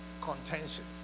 contention